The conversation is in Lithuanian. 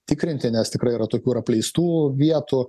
tikrinti nes tikrai yra tokių ir apleistų vietų